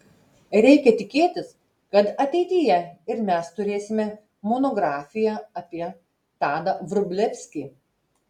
reikia tikėtis kad ateityje ir mes turėsime monografiją apie tadą vrublevskį